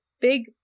big